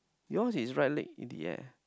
yours is right leg in the air